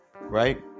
right